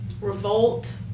revolt